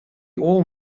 all